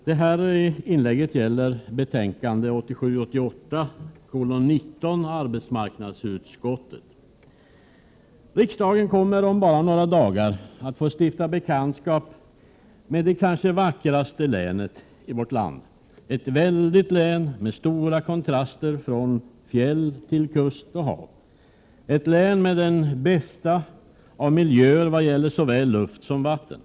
Herr talman! Detta inlägg gäller arbetsmarknadsutskottets betänkande 1987/88:19. Riksdagen kommer om bara några dagar att få stifta bekantskap med det kanske vackraste länet i vårt land. Det är ett väldigt län med stora kontraster, från fjäll till kust och hav. Det är ett län med den bästa av miljöer vad gäller såväl luft som vatten.